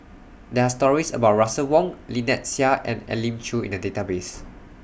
There Are stories about Russel Wong Lynnette Seah and Elim Chew in The Database